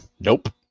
Nope